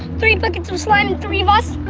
three buckets of slime and three of us?